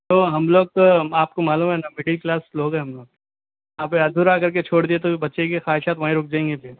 تو ہم لوگ آپ کو معلوم ہے نا مڈل کلاس لوگ ہیں ہم لوگ آپ یہ ادھورا کر کے چھوڑ دیئے تو بچے کی خواہشات وہیں رک جائیں گی پھر